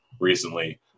recently